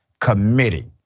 committee